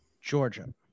Georgia